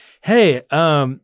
hey